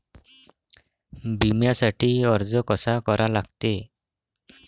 बिम्यासाठी अर्ज कसा करा लागते?